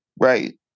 Right